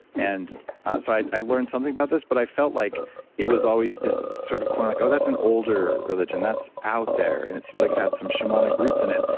and so i'd learned something about this but i felt like it was always this sort of corner like, oh, that's an older religion. that's out there. and it seems like it had some shamanic roots in it.